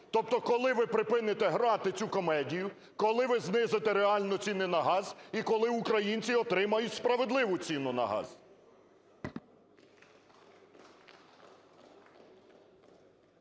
Тобто, коли ви припините грати цю комедію, коли ви знизите реально ціни на газ і коли українці отримають справедливу ціну на газ?